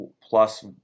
plus